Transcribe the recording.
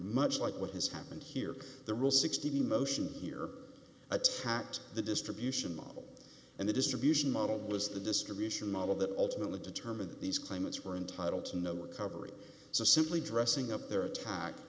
much like what has happened here the rule sixty motion here attacked the distribution model and the distribution model was the distribution model that ultimately determine these claimants were entitled to know what coverage so simply dressing up their attack